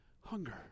Hunger